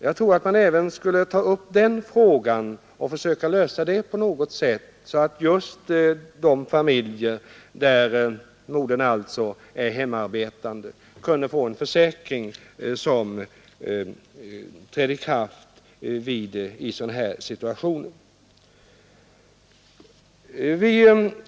Jag tror att man även borde ta upp den frågan och försöka lösa den på något sätt så att just de familjer där modern är hemarbetande kunde få en försäkring som träder i kraft vid sådana situationer som jag här berört.